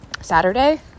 Saturday